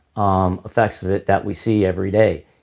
um effects of it that we see every day.